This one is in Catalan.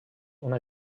una